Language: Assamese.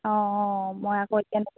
অঁ মই আকৌ এতিয়া